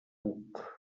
puc